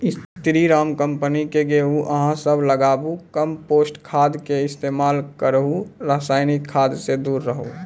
स्री Ram company के गेहूँ अहाँ सब लगाबु कम्पोस्ट खाद के इस्तेमाल करहो रासायनिक खाद से दूर रहूँ?